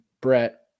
brett